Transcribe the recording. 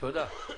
תודה.